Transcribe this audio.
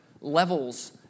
levels